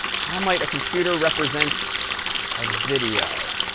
how might a computer represent a video?